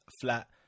flat